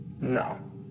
No